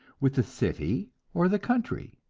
with the city or the country?